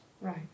Right